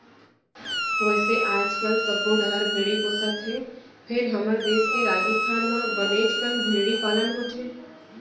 वैसे आजकाल सब्बो डहर भेड़ी पोसत हें फेर हमर देस के राजिस्थान म बनेच कन भेड़ी पालन होथे